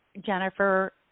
Jennifer